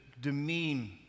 demean